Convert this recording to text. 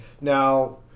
Now